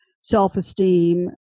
self-esteem